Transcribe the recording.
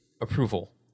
approval